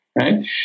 right